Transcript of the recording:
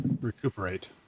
recuperate